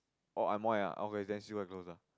oh Amoy ah then still quite close lah